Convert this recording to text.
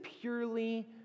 purely